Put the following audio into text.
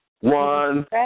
one